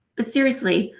but, seriously,